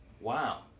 Wow